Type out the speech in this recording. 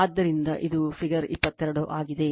ಆದ್ದರಿಂದ ಇದು ಫಿಗರ್ 22 ಆಗಿದೆ